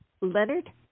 Leonard